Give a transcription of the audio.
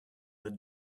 the